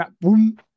boom